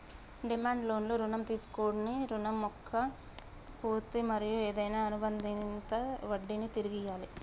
demand లోన్లు రుణం తీసుకొన్నోడి రుణం మొక్క పూర్తి మరియు ఏదైనా అనుబందిత వడ్డినీ తిరిగి ఇయ్యాలి